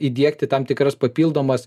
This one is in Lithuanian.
įdiegti tam tikras papildomas